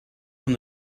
from